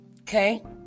Okay